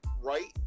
right